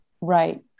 Right